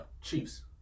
Chiefs